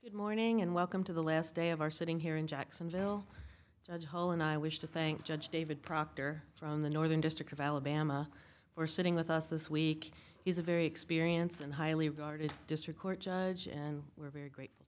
good morning and welcome to the last day of our sitting here in jacksonville judge hall and i wish to thank judge david proctor from the northern district of alabama for sitting with us this week is a very experienced and highly regarded district court judge and we're very grateful